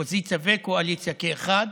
אופוזיציה וקואליציה כאחת.